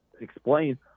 explain